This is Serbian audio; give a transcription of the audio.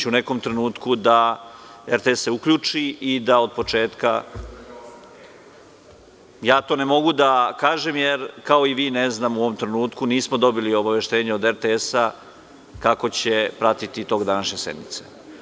U nekom trenutku će RTS da se uključi i da od početka, ja to ne mogu da kažem, jer kao i vi ne znam u ovom trenutku, nismo dobili obaveštenje od RTS-a kako će pratiti tok današnje sednice.